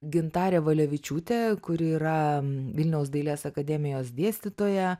gintarė valevičiūtė kuri yra vilniaus dailės akademijos dėstytoja